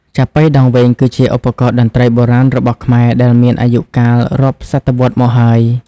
ចាប៉ីដងវែង គឺជាឧបករណ៍តន្ត្រីបុរាណរបស់ខ្មែរដែលមានអាយុកាលរាប់សតវត្សមកហើយ។